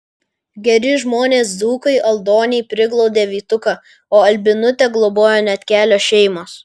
geri žmonės dzūkai aldoniai priglaudė vytuką o albinutę globojo net kelios šeimos